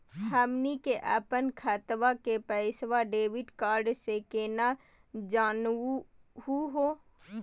हमनी के अपन खतवा के पैसवा डेबिट कार्ड से केना जानहु हो?